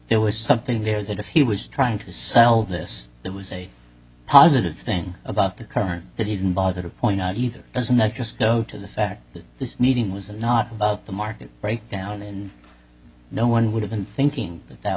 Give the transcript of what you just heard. there was something there that if he was trying to sell this there was a positive thing about the car that he didn't bother to point out either doesn't that just go to the fact that the meeting was and not the market breakdown and no one would have been thinking that that